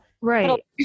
Right